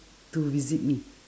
to visit me